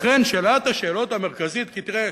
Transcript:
לכן, שאלת השאלות המרכזית, תראה,